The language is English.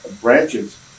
branches